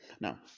Now